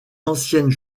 anciennes